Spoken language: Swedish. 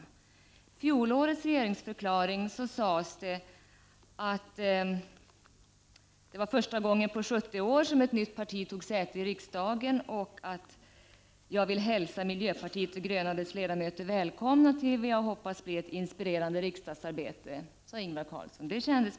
I fjolårets regeringsförklaring sades det att det var första gången på 70 år som ett nytt parti tog säte i riksdagen, och det hette: ”Jag hälsar miljöpartiet de gröna och dess ledamöter välkomna till vad jag hoppas blir ett inspirerande riksdagsarbete.” Det kändes mycket skönt att höra.